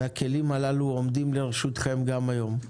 והכלים הללו עומדים לרשותכם גם היום.